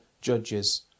judges